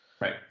right